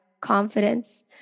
confidence